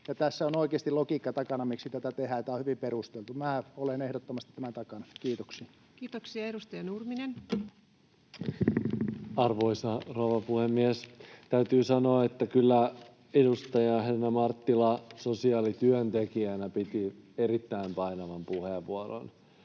tässä on oikeasti takana logiikka, miksi tätä tehdään. Tämä on hyvin perusteltu. Minä olen ehdottomasti tämän takana. — Kiitoksia. Kiitoksia. — Edustaja Nurminen. Arvoisa rouva puhemies! Täytyy sanoa, että kyllä edustaja Helena Marttila sosiaalityöntekijänä piti erittäin painavan puheenvuoron